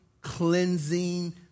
cleansing